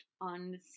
on